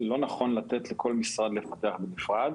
לא נכון לתת לכל משרד לפתח בנפרד.